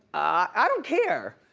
i don't care.